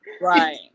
right